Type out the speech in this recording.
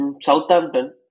Southampton